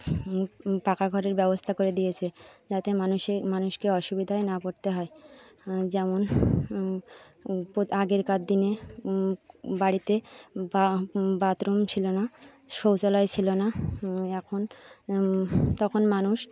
পাকা ঘরের ব্যবস্থা করে দিয়েছে যাতে মানুষের মানুষকে অসুবিধায় না পড়তে হয় যেমন আগেরকার দিনে বাড়িতে বা বাথরুম ছিলো না শৌচালয় ছিলো না এখন তখন মানুষ